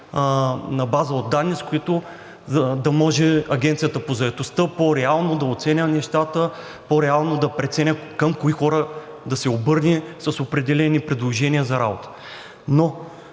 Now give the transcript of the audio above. на база от данни, с които да може Агенцията по заетостта по-реално да оценява нещата, по-реално да преценяват към кои хора да се обърне с определени предложения за работа. Но